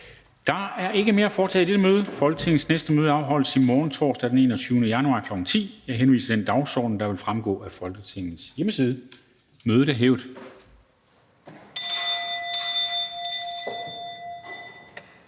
Der er ikke mere at foretage i dette møde. Folketingets næste møde afholdes i morgen, torsdag den 21. januar 2021, kl. 10.00. Jeg henviser til den dagsorden, der vil fremgå af Folketingets hjemmeside. Mødet er hævet.